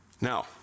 Now